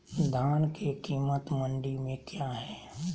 धान के कीमत मंडी में क्या है?